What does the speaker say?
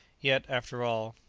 yet, after all,